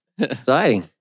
Exciting